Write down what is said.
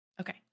okay